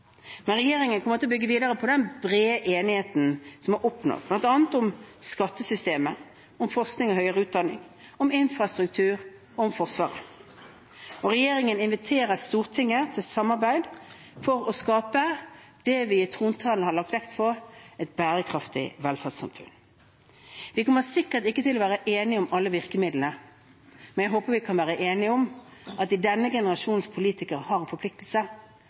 Regjeringen kommer til å bygge videre på den brede enigheten som er oppnådd bl.a. om skattesystemet, om forskning og høyere utdanning, om infrastruktur og om Forsvaret. Regjeringen inviterer Stortinget til samarbeid for å skape det vi i trontalen har lagt vekt på – et bærekraftig velferdssamfunn. Vi kommer sikkert ikke til å være enige om alle virkemidlene, men jeg håper vi kan være enige om at denne generasjonens politikere har en forpliktelse,